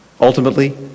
Ultimately